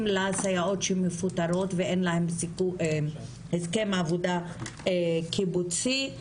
לסייעות שמפוטרות ואין להן הסכם עבודה קיבוצי.